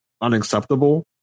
unacceptable